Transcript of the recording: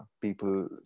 people